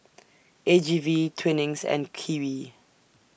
A G V Twinings and Kiwi